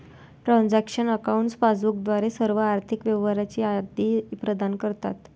transaction accounts passbook द्वारे सर्व आर्थिक व्यवहारांची यादी प्रदान करतात